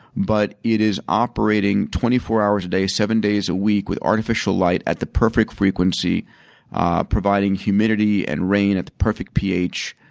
but it is operating twenty four hours a day, seven days a week, with artificial light at the perfect frequency providing humidity and rain at the perfect ph,